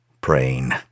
praying